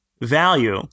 value